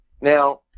Now